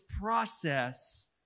process